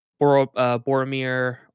Boromir